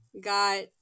got